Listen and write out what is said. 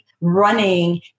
running